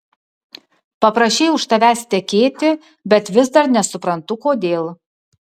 paprašei už tavęs tekėti bet vis dar nesuprantu kodėl